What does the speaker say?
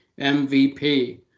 MVP